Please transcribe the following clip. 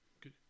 Good